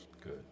Good